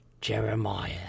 Jeremiah